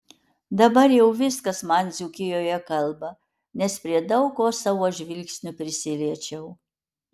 dabar jau viskas man dzūkijoje kalba nes prie daug ko savo žvilgsniu prisiliečiau